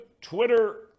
twitter